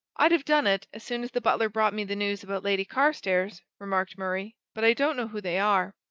i'd have done it, as soon as the butler brought me the news about lady carstairs, remarked murray, but i don't know who they are.